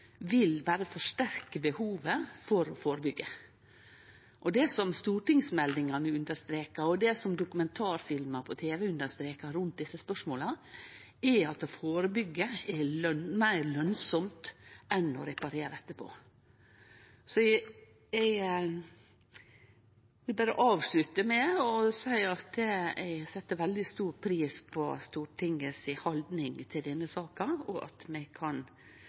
vil berre forsterke behovet for å førebyggje. Det som stortingsmeldingane understrekar, og det som dokumentarfilmar på tv understrekar rundt desse spørsmåla, er at å førebyggje er meir lønsamt enn å reparere etterpå. Eg vil berre avslutte med å seie at eg set veldig stor pris på Stortinget si haldning til denne saka og på at vi kan